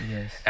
Yes